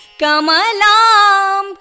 Kamalam